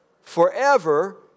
Forever